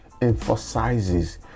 emphasizes